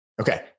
Okay